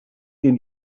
den